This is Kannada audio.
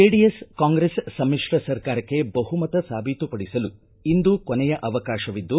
ಜೆಡಿಎಸ್ ಕಾಂಗ್ರೆಸ್ ಸಮಿತ್ರ ಸರ್ಕಾರಕ್ಕೆ ಬಹುಮತ ಸಾಬೀತುಪಡಿಸಲು ಇಂದು ಕೊನೆಯ ಅವಕಾಶವಿದ್ದು